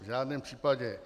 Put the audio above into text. V žádném případě.